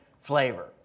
flavor